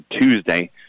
Tuesday